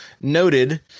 noted